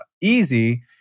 easy